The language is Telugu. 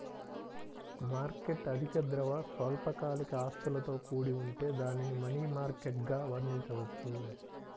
మార్కెట్ అధిక ద్రవ, స్వల్పకాలిక ఆస్తులతో కూడి ఉంటే దానిని మనీ మార్కెట్గా వర్ణించవచ్చు